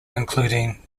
including